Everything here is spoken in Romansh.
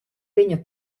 vegna